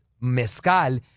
mezcal